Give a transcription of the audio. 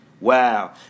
Wow